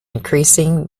increasing